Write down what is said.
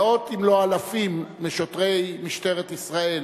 מאות אם לא אלפים משוטרי משטרת ישראל